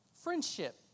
Friendship